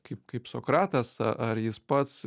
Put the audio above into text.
kaip kaip sokratas ar jis pats